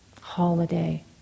holiday